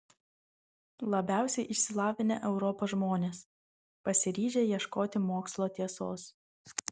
labiausiai išsilavinę europos žmonės pasiryžę ieškoti mokslo tiesos